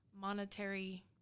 monetary